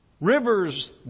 rivers